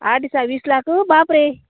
आठ दिसा वीस लाख बापरे